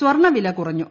സ്വർണവില കുറഞ്ഞു